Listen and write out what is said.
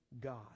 God